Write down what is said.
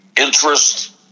interest